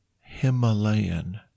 Himalayan